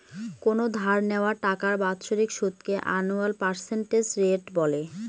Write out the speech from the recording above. কোনো ধার নেওয়া টাকার বাৎসরিক সুদকে আনুয়াল পার্সেন্টেজ রেট বলে